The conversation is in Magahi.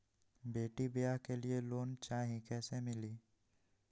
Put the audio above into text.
बेटी ब्याह के लिए लोन चाही, कैसे मिली?